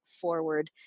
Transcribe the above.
forward